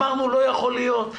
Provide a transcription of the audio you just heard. ואמרנו שלא יכול להיות.